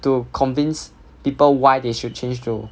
to convince people why they should change to